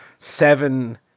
seven